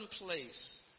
place